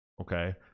okay